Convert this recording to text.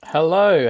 Hello